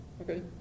Okay